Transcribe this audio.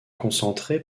concentrées